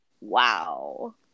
wow